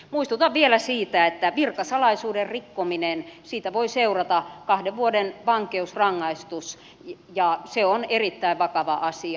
muistutan vielä siitä että virkasalaisuuden rikkomisesta voi seurata kahden vuoden vankeusrangaistus ja se on erittäin vakava asia